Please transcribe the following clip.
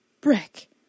Brick